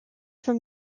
from